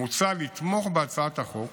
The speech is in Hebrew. מוצע לתמוך בהצעת החוק